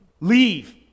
leave